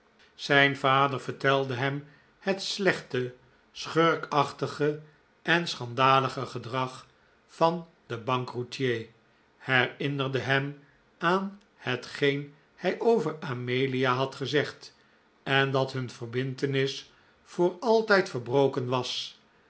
zijn vader vertelde hem het slechte schurkachtige en schandalige gedrag van den bankroetier herinnerde hem aan hetgeen hij over amelia had gezegd en dat hun verbintenis voor altijd verbroken was